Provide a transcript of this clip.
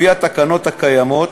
לפי התקנות הקיימות,